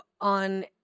on